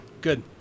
Good